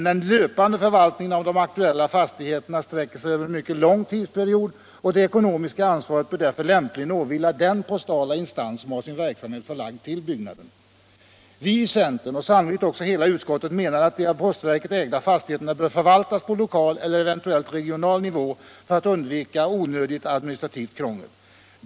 Den löpande förvaltningen av de aktuella fastigheterna sträcker sig över en mycket lång tidsperiod, och det ekonomiska ansvaret bör därför lämpligen åvila den postala instans som har sin verksamhet förlagd till byggnaden. Vi i centern — och sannolikt hela utskottet — menar att de av postverket ägda fastigheterna bör förvaltas på lokal eller eventuellt regional nivå för att undvika onödigt administrativt krångel.